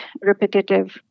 repetitive